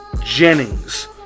Jennings